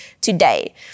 today